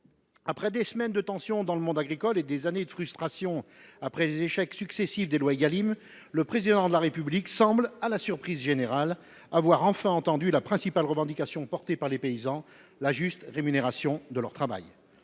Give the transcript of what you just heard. après des semaines de tension dans le monde agricole et des années de frustration à la suite des échecs successifs des lois Égalim, le Président de la République semble, à la surprise générale, avoir enfin entendu la principale revendication portée par les paysans : la juste rémunération de leur travail.